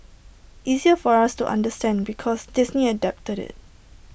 easier for us to understand because Disney adapted IT